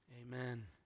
amen